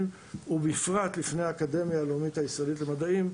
ובפרט בפני האקדמיה הלאומית הישראלית למדעים,